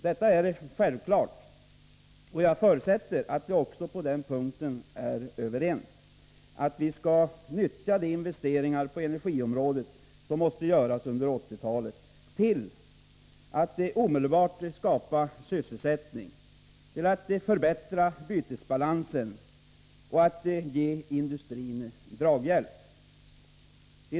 Det är självklart — och jag förutsätter att vi också på den punkten är överens — att vi skall nyttja de investeringar på energiområdet som måste göras under 1980-talet till att omedelbart skapa sysselsättning, förbättra bytesbalansen och ge industrin draghjälp.